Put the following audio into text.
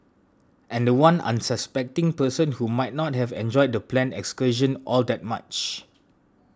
and the one unsuspecting person who might not have enjoyed the planned excursion all that much